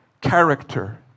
Character